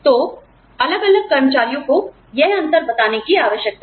तो अलग अलग कर्मचारियों को यह अंतर बताने की आवश्यकता है